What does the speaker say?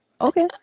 okay